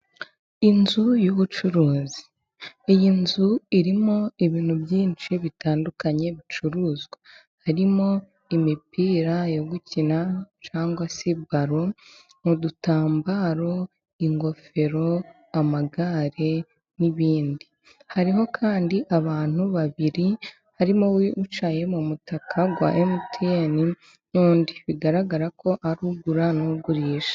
Inzu y'ubucuruzi, iyi nzu irimo ibintu byinshi bitandukanye bicuruzwa harimo imipira yo gukina cyangwa se balo mu dutambaro, ingofero amagare n'ibindi. Hariho kandi abantu babiri harimo uwicaye mu mutaka wa emutiyeni n'undi bigaragara ko ari ugura n'ugurisha.